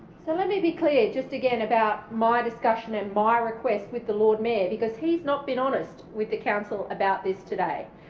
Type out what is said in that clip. so let me be clear just again about my discussion and my request with the lord mayor because he's not been honest with the council about this today.